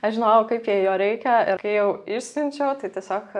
aš žinojau kaip jai jo reikia ir kai jau išsiunčiau tai tiesiog